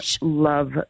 love